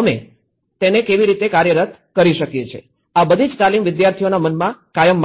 અમે તેને કેવી રીતે કાર્યરત કરી શકીએ છીએ આ બધીજ તાલીમ વિદ્યાર્થીઓના મનમાં કાયમ માટે રહેશે